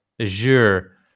Azure